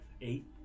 eight